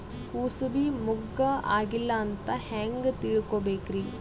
ಕೂಸಬಿ ಮುಗ್ಗ ಆಗಿಲ್ಲಾ ಅಂತ ಹೆಂಗ್ ತಿಳಕೋಬೇಕ್ರಿ?